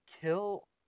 kill